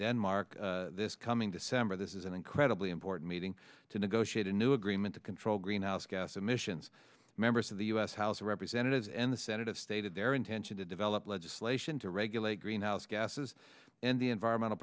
denmark this coming december this is an incredibly important meeting to negotiate a new agr human to control greenhouse gas emissions members of the u s house of representatives and the senate have stated their intention to develop legislation to regulate greenhouse gases and the environmental